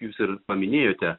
jūs ir paminėjote